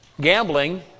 gambling